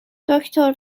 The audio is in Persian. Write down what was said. دکتر